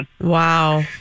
Wow